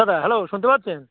দাদা হ্যালো শুনতে পাচ্ছেন